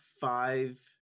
five